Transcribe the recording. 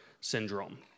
syndrome